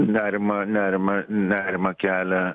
nerimą nerimą nerimą kelia